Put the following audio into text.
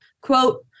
Quote